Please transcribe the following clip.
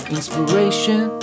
Inspiration